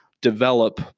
develop